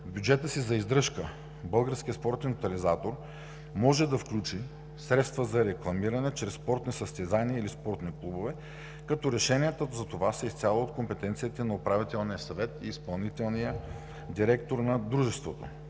бюджета си за издръжка Българският спортен тотализатор може да включи средства за рекламиране чрез спортни състезания или спортни клубове, като решенията за това са изцяло от компетенциите на Управителния съвет и изпълнителния директор на дружеството.